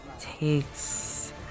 takes